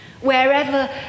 wherever